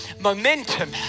momentum